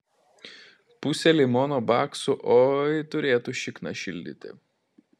pusė limono baksų oi turėtų šikną šildyti